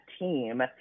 team